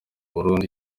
burundu